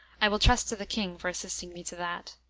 i will trust to the king for assisting me to that.